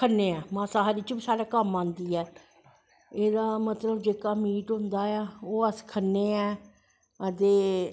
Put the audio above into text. खन्ने आ मासाहारी च बी साढ़े कम्म आंदी ऐ एह्दा मतलव कि जेह्का मीट होंदा ऐ ओह् अस खन्नें ऐं ते